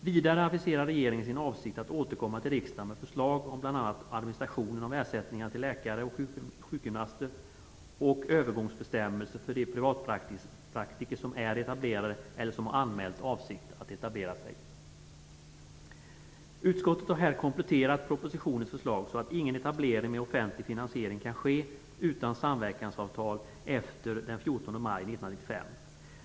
Vidare aviserar regeringen sin avsikt att återkomma till riksdagen med förslag om bl.a. administrationen av ersättningarna till läkare och sjukgymnaster och övergångsbestämmelser för de privatpraktiker som är etablerade eller som har anmält avsikt att etablera sig. Utskottet har här kompleterat propositionens förslag så att ingen etablering med offentlig finansiering kan ske utan samverkansavtal efter den 14 maj 1995.